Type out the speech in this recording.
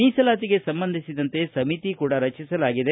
ಮೀಸಲಾತಿಗೆ ಸಂಬಂಧಿಸಿದಂತೆ ಸಮಿತಿ ಕೂಡಾ ರಚಿಸಲಾಗಿದೆ